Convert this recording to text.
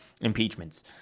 impeachments